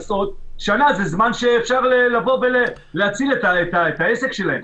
שנה זה זמן שאפשר לבוא ולהציל את העסק שלהם.